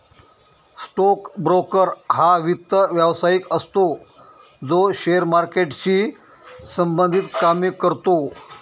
stock broker हा वित्त व्यवसायिक असतो जो शेअर मार्केटशी संबंधित कामे करतो